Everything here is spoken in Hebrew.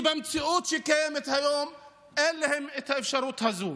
כי במציאות שקיימת היום אין להם את האפשרות הזאת.